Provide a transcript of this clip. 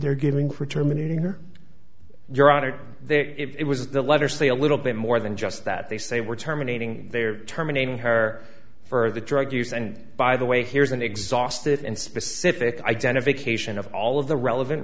they're giving for terminating or you're out of there it was the letter say a little bit more than just that they say we're terminating their terminating hair for the drug use and by the way here's an exhaustive and specific identification of all of the relevant